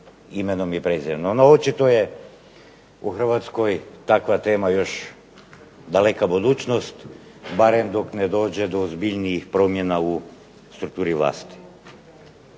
imenom i prezimenom. No, očito je u Hrvatskoj takva tema još daleka budućnost, barem dok ne dođe do ozbiljnijih promjena u strukturi vlasti.